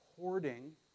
hoarding